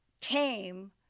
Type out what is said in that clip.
came